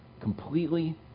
completely